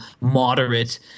moderate